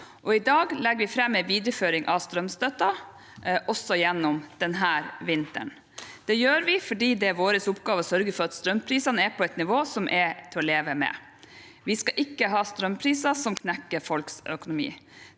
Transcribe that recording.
I dag legger vi fram en videreføring av strømstøtten også gjennom denne vinteren. Det gjør vi fordi det er vår oppgave å sørge for at strømprisene er på et nivå som er til å leve med. Vi skal ikke ha strømpriser som knekker folks økonomi.